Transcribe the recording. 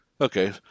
Okay